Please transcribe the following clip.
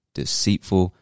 deceitful